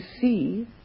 see